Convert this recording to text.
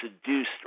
seduced